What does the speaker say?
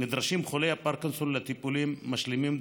נדרשים חולי הפרקינסון לטיפולים משלימים,